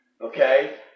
Okay